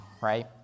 right